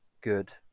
good